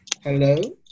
Hello